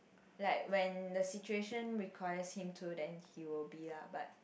like when the situation requires him to then he will be ah but